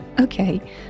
Okay